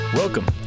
Welcome